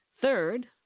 Third